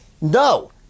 no